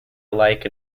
alike